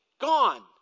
gone